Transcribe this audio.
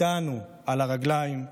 אותנו, על הרגליים.